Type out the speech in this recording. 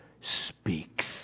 speaks